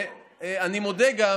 ואני מודה גם